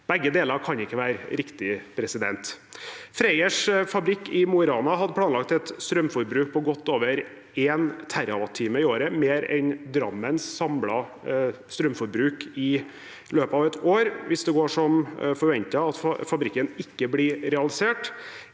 Begge deler kan ikke være riktig. Freyrs fabrikk i Mo i Rana hadde planlagt et strømforbruk på godt over 1 TWh i året, mer enn Drammens samlede strømforbruk i løpet av et år. Hvis det går som forventet, at fabrikken ikke blir realisert,